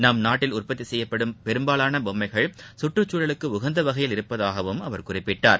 நம் நாட்டில் உற்பத்தி செய்யப்படும் பெரும்பாலான பொம்மைகள் கற்றச்சூழலுக்கு உகந்த வகையில் இருப்பதாகவும் அவர் குறிப்பிட்டார்